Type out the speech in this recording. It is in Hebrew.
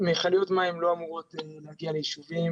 מכליות מים לא אמורות להגיע לישובים